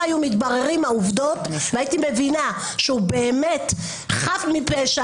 היו מתבררות העובדות והייתי מבינה שהוא באמת חף מפשע,